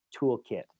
toolkit